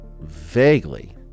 vaguely